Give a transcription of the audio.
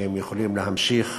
שהם יכולים להמשיך